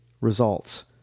results